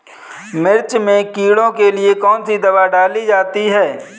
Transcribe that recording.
मिर्च में कीड़ों के लिए कौनसी दावा डाली जाती है?